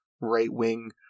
right-wing